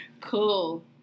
Cool